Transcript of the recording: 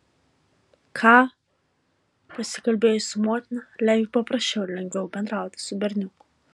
ką pasikalbėjus su motina leviui paprasčiau ir lengviau bendrauti su berniuku